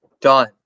done